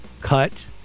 cut